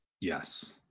yes